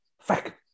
fuck